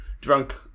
drunk